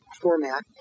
format